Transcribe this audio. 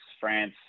France